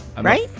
Right